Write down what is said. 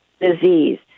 disease